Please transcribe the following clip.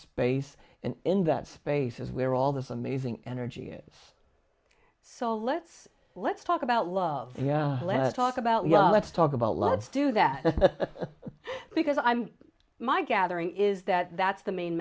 space and in that space is where all this amazing energy is so let's let's talk about love yeah let's talk about let's talk about love do that because i'm my gathering is that that's the main